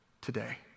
today